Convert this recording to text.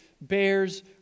bears